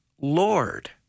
Lord